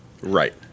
right